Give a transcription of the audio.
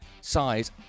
size